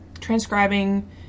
transcribing